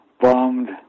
bombed